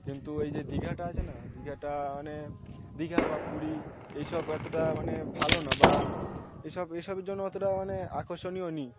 কিন্তু এই যে দীঘাটা আছে না দীঘাটা মানে দীঘা বা পুরী এই সব এতটা মানে ভালো না বা এই সব এই সবের জন্য এতটা মানে আকর্ষণীয় নেই